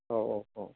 औ औ औ